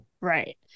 Right